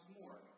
more